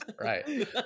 Right